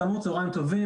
אחרי חצי שנה,